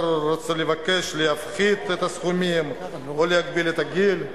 רוצה לבקש להפחית את הסכומים או להגביל את הגיל.